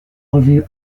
revue